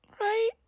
right